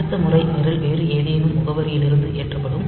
அடுத்த முறை நிரல் வேறு ஏதேனும் முகவரியிலிருந்து ஏற்றப்படும்